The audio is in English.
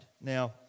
Now